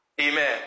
Amen